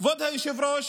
כבוד היושב-ראש,